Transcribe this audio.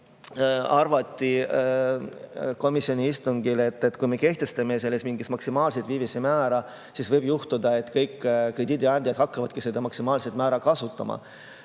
arvati komisjoni istungil, et kui me kehtestame mingi maksimaalse viivise määra, siis võib juhtuda, et kõik krediidiandjad hakkavadki seda maksimaalset määra kasutama.